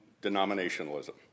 denominationalism